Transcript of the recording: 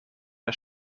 der